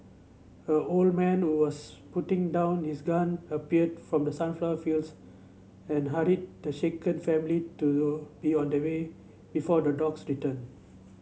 a old man was putting down his gun appeared from the sunflower fields and hurried the shaken family to be on their way before the dogs return